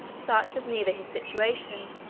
such as neither his situation,